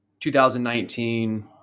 2019